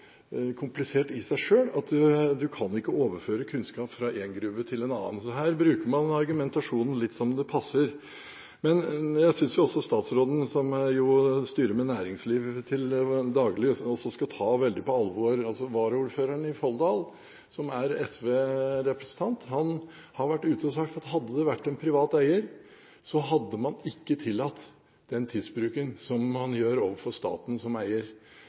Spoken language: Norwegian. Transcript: komplisert i seg selv at man ikke kan overføre kunnskap fra en gruve til en annen. Her bruker man argumentasjonen litt som det passer. Jeg synes også statsråden, som jo styrer med næringsliv til daglig, skal ta veldig på alvor at varaordføreren i Folldal, som er SV-representant, har vært ute og sagt at hadde det vært en privat eier, hadde man ikke tillatt den tidsbruken man gjør overfor staten som eier.